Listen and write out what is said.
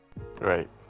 Right